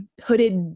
hooded